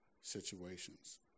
situations